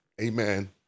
amen